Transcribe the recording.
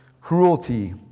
cruelty